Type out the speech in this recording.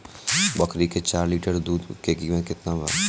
बकरी के चार लीटर दुध के किमत केतना बा?